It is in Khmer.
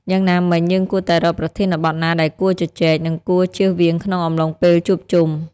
យ៉ាងណាមិញ យើងគួរតែរកប្រធានបទណាដែលគួរជជែក និងគួរជៀសវាងក្នុងអំឡុងពេលជួបជុំ។